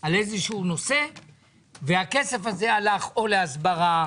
על איזשהו נושא והכסף הזה הלך או להסברה,